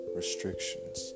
restrictions